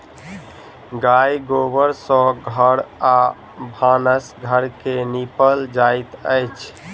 गाय गोबर सँ घर आ भानस घर के निपल जाइत अछि